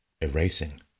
erasing